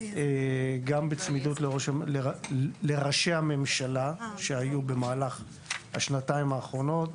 גם בצמידות לראשי הממשלה שהיו במהלך השנתיים האחרונות,